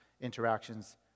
interactions